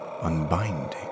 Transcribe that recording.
unbinding